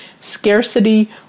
scarcity